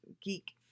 Geek